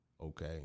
Okay